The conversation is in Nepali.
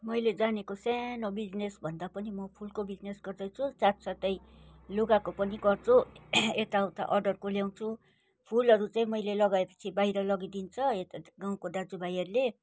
मैले जानेको सानो बिजनेस भन्दा पनि म फुलको बिजनेस गर्दछु साथसाथै लुगाको पनि गर्छु यता उता अर्डरको ल्याउँछु फुलहरू चाहिँ मैले लगाए पछि बाहिर लगिदिन्छ यता गाउँको दाजुभाइहरूले